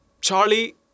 Charlie